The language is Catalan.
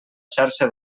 xarxa